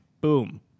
Boom